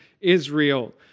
Israel